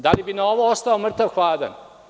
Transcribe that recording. Da li bi na ovo ostao mrtav hladan?